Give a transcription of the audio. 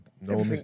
no